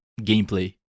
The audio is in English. gameplay